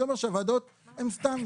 זה אומר שהוועדות הן סתם,